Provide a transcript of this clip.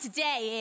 Today